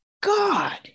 God